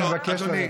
אני מבקש לרדת.